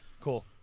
Cool